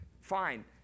fine